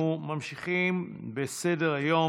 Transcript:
אנחנו ממשיכים בסדר-היום.